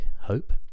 hope